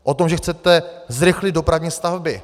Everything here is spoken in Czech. O tom, že chcete zrychlit dopravní stavby.